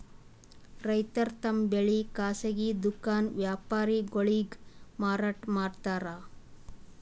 ರೈತರ್ ತಮ್ ಬೆಳಿ ಖಾಸಗಿ ದುಖಾನ್ ವ್ಯಾಪಾರಿಗೊಳಿಗ್ ಮಾರಾಟ್ ಮಾಡ್ತಾರ್